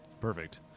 Perfect